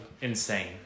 Insane